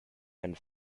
and